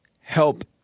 help